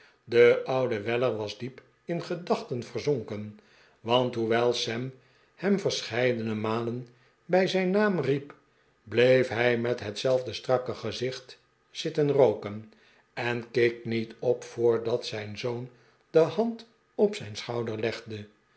de oude welier was diep in gedachten verzonken want hoewel sam hem ve rscheidene malen bij zijn naam riep bleef hij met hetzelfde strakke gezicht zitten rooken en keek niet op voordat zijn zoon de hand op zijn schouder legde